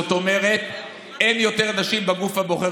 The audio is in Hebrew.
זאת אומרת אין יותר נשים בגוף הבוחר